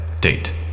Date